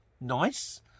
Nice